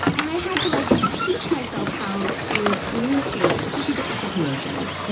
and i had to like teach myself how to communicate, especially difficult emotions.